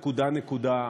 נקודה-נקודה,